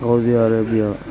Saudi Arabia